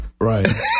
right